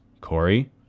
Corey